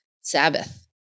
Sabbath